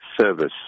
service